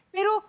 Pero